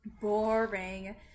Boring